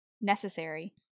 Necessary